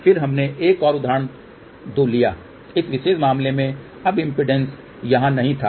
फिर हमने एक और उदाहरण दो लिया इस विशेष मामले में अब इम्पीडेन्स यहाँ नहीं था